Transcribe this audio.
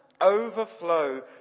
overflow